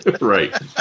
Right